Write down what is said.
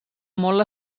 molt